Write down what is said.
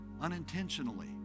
unintentionally